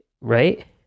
right